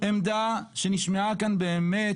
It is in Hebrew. עמדה שנשמעה כאן באמת